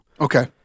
Okay